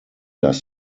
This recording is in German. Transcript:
das